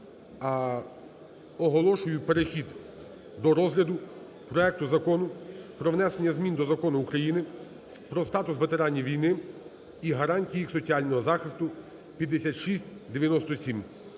Оголошую перехід до розгляду проекту Закону про внесення змін до Закону України "Про статус ветеранів війни, гарантії їх соціального захисту" (5697).